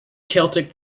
celtic